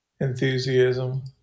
enthusiasm